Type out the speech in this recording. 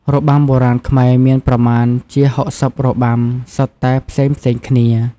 របាំបុរាណខ្មែរមានប្រមាណជា ៦០ របាំ សុទ្ធតែផ្សេងៗគ្នា។